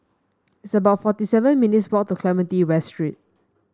it's about forty seven minutes' walk to Clementi West Street